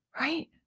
Right